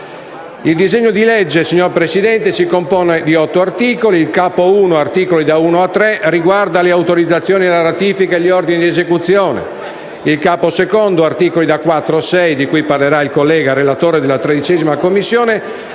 il disegno di legge in esame si compone di 8 articoli: il Capo I (articoli da 1 a 3) riguarda le autorizzazioni alla ratifica e gli ordini di esecuzione; il Capo II (articoli da 4 a 6) (di cui parlerà il collega, relatore della Commissione